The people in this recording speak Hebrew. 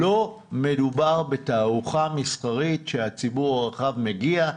לא מדובר בתערוכה מסחרית שהציבור הרחב מגיע,